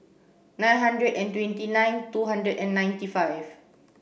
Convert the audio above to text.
nine hundred and twenty nine two hundred and ninety five